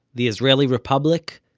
the israeli republic,